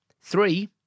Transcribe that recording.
Three